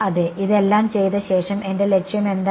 അതെ ഇതെല്ലാം ചെയ്ത ശേഷം എന്റെ ലക്ഷ്യം എന്തായിരുന്നു